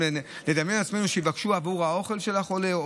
נדמיין לעצמנו שמחר יבקשו עבור האוכל של החולה,